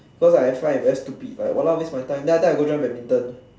cause I find it very stupid like !walao! waste my time then after that I join badminton